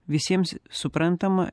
visiems suprantama